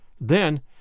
Then